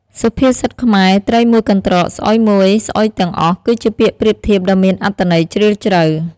សុភាសិតខ្មែរ ត្រីមួយកន្រ្តក ស្អុយមួយស្អុយទាំងអស់ គឺជាពាក្យប្រៀបធៀបដ៏មានអត្ថន័យជ្រាលជ្រៅ។